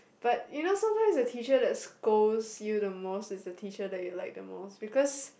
but you know sometimes the teacher that scolds you the most is the teacher that you like the most because